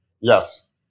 Yes